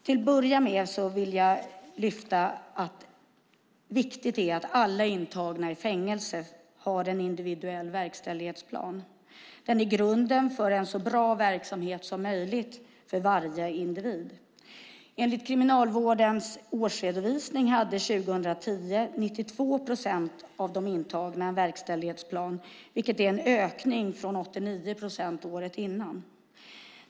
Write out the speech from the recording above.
Till att börja med vill jag säga att det är viktigt att alla som är intagna i fängelse har en individuell verkställighetsplan. Den är grunden för en så bra verksamhet som möjligt för varje individ. Enligt Kriminalvårdens årsredovisning hade 92 procent av de intagna en verkställighetsplan 2010, vilket är en ökning från 89 procent året innan.